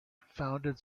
founded